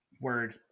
word